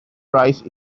rice